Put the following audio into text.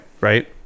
Right